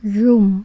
room